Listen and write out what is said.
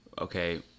Okay